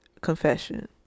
Confession